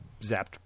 zapped